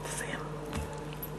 גברתי היושבת-ראש,